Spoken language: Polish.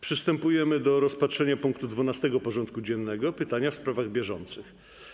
Przystępujemy do rozpatrzenia punktu 12. porządku dziennego: Pytania w sprawach bieżących.